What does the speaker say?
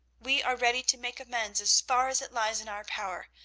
we are ready to make amends as far as it lies in our power.